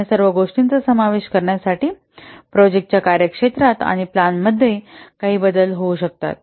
या सर्व गोष्टींचा समावेश करण्यासाठी प्रोजेक्टाच्या कार्यक्षेत्रात आणि प्लानंमध्ये काही बदल होऊ शकतात